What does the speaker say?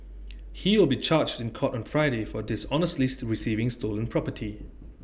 he will be charged in court on Friday for dishonestly to receiving stolen property